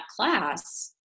class